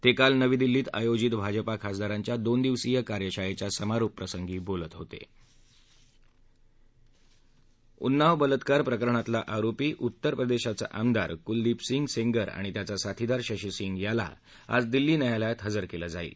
ताक्रिाल नवी दिल्लीत आयोजित भाजपा खासदारांच्या दोन दिवसीय कार्यशाळेच्या समारोप प्रसंगी बोलत होत उन्नाव बलात्कार प्रकरणातला आरोपी उत्तर प्रदेशाचा आमदार कुलदीप सिंग सेंगर आणि त्याचा साथीदार शशी सिंग याला आज दिल्ली न्यायालयात हजर केलं जाणार आहे